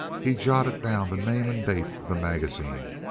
he jotted down the name and date of the magazine,